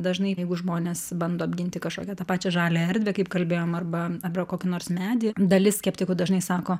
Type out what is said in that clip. dažnai jeigu žmonės bando apginti kažkokią tą pačią žaliąją erdvę kaip kalbėjom arba abra kokį nors medį dalis skeptikų dažnai sako